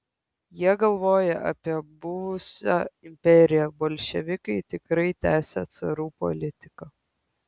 jie galvoja apie buvusią imperiją bolševikai tikrai tęsią carų politiką